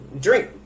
Drink